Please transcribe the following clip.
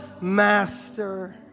master